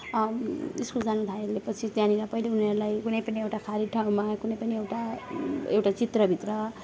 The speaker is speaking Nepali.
स्कुल जान थालेपछि त्यहाँनिर पहिले उनीहरूलाई कुनै पनि एउटा खाली ठाउँमा कुनै पनि एउटा एउटा चित्रभित्र